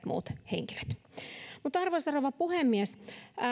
muut henkilöt arvoisa rouva puhemies